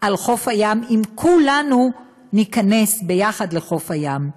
על חוף הים, אם כולנו נבוא יחד לחוף הים.